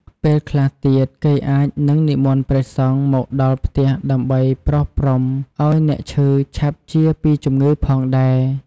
ពេលខ្លះទៀត គេអាចនឹងនិមន្តព្រះសង្ឃមកដល់ផ្ទះដើម្បីប្រោសព្រំ ឱ្យអ្នកឈឺឆាប់ជាពីជម្ងឺផងដែរ។